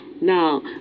now